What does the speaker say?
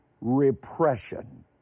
repression